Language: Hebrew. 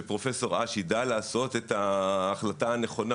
ואני משוכנע שפרופ' אש ידע לעשות את ההחלטה הנכונה,